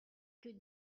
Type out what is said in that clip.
que